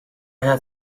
had